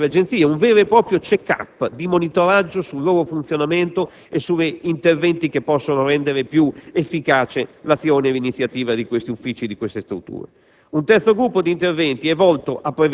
le attività dell'Amministrazione finanziaria e delle agenzie, cioè un vero e proprio *check-up* di monitoraggio sul nuovo funzionamento e sugli interventi che possono rendere più efficace l'azione e l'iniziativa di questi uffici e di queste strutture.